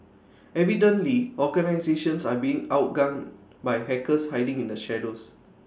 evidently organisations are being outgunned by hackers hiding in the shadows